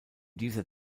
dieser